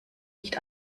nicht